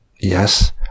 Yes